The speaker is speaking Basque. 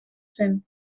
zen